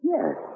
Yes